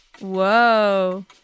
Whoa